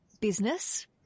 business